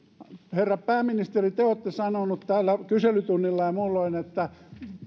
herra pääministeri te te olette sanonut täällä kyselytunnilla ja muulloin että